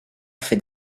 fait